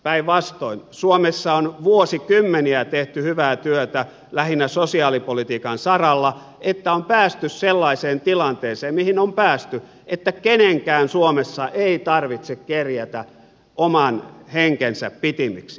päinvastoin suomessa on vuosikymmeniä tehty hyvää työtä lähinnä sosiaalipolitiikan saralla että on päästy sellaiseen tilanteeseen mihin on päästy että kenenkään suomessa ei tarvitse kerjätä oman henkensä pitimiksi